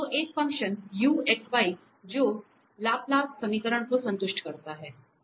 तो एक function u जो लाप्लास समीकरण को संतुष्ट करता है